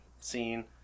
scene